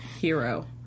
Hero